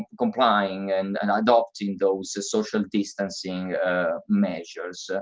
ah complying and and adopting those so social distancing ah measures.